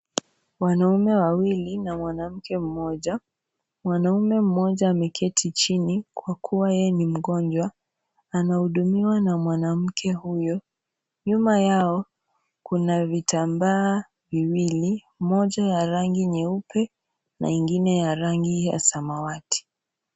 Wanaume wawili, na mwanamke mmoja, mwanaume mmoja ameketi chini, kwa kuwa yeye ni mgonjwa, anaudumiwa na mwanamke huyo, nyuma yao, kuna vitambaa, viwili, moja ya rangi nyeupe, na ingine ya rangi ya samawati.